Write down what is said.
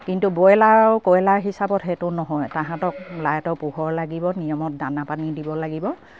কিন্তু ব্ৰইলাৰ আৰু কয়লাৰ হিচাপত সেইটো নহয় তাহাঁতক লাইটৰ পোহৰ লাগিব নিয়মত দানা পানী দিব লাগিব